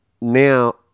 now